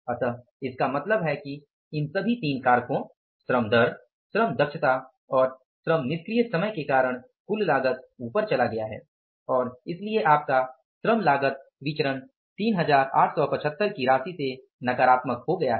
अतः इसका मतलब है कि इन सभी 3 कारकों श्रम दर श्रम दक्षता और श्रम निष्क्रिय समय के कारण कुल लागत ऊपर चला गया है और इसीलिए आपका श्रम लागत विचरण 3875 की राशि से नकारात्मक हो गया है